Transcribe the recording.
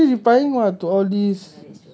ya I'm already replying [what] to all these